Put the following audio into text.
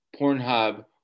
Pornhub